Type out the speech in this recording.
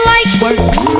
Lightworks